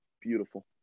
Beautiful